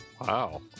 Wow